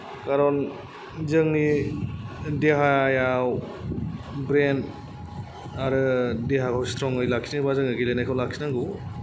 कारन जोंनि देहायाव ब्रेन आरो देहाखौ स्ट्रंयै लाखिनोबा जोङो गेलेनायखौ लाखिनांगौ